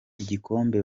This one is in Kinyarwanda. igikombe